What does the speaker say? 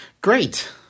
Great